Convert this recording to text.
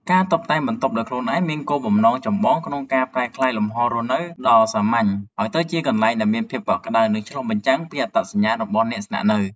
ការតុបតែងបន្ទប់ដោយខ្លួនឯងមានគោលបំណងចម្បងក្នុងការប្រែក្លាយលំហរស់នៅដ៏សាមញ្ញ ឱ្យទៅជាទីកន្លែងដែលមានភាពកក់ក្ដៅ និងឆ្លុះបញ្ចាំងពីអត្តសញ្ញាណរបស់អ្នកស្នាក់នៅ។